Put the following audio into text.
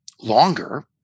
longer